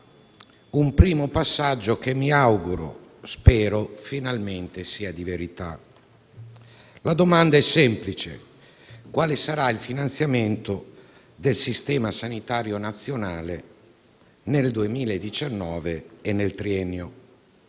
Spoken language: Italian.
un primo passaggio che - mi auguro - sia finalmente di verità. La domanda è semplice: quale sarà il finanziamento del Sistema sanitario nazionale nel 2019 e nel triennio?